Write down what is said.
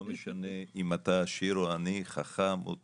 לא משנה אם אתה עשיר או עני, חכם או טיפש,